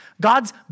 God's